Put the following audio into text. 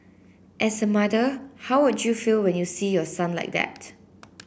as a mother how would you feel when you see your son like that